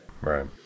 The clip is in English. Right